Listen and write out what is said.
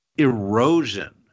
erosion